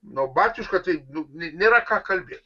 nu batiuška tai nu nėra ką kalbėt